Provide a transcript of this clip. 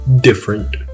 Different